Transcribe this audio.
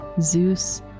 Zeus